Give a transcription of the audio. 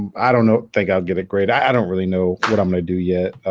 um i don't know think i'll get it great i don't really know what i'm gonna do yet